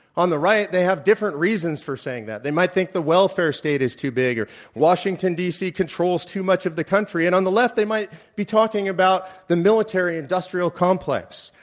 on the right, they have different reasons for saying that. they might think the welfare state is too big or washington, d. c. controls too much of the country and on the left, they might be talking about the military industrial complex,